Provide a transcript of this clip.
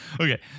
Okay